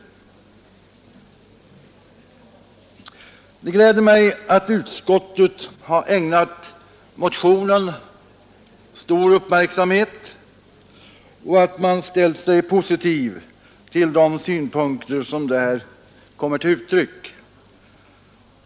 Det gläder mig att utskottet har ägnat motionen stor uppmärksamhet och att man ställt sig positiv till de synpunkter som där kommer till uttryck.